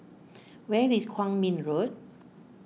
where is Kwong Min Road